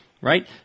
right